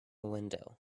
window